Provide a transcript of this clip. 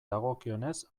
dagokionez